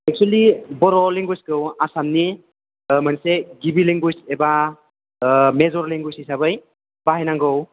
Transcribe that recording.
actually Bodo लेंगुवेजखौ आसामनि मोनसे गिबि लेंगुवेज एबा मेजर लेंगुवेज हिसाबै बाहायनांगौ